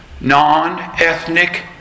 Non-ethnic